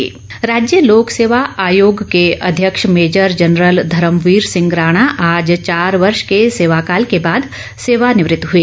लोकसेवा आयोग राज्य लोकसेवा आयोग के अध्यक्ष मेजर जनरल धर्मवीर सिंह राणा आज चार वर्ष के सेवा काल के बाद सेवानिवृत हुए